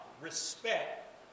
respect